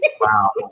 Wow